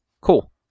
cool